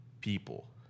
people